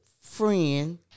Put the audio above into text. friend